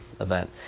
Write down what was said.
event